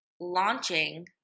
launching